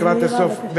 לקראת הסוף,